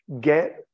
get